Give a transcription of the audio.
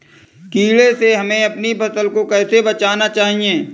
कीड़े से हमें अपनी फसल को कैसे बचाना चाहिए?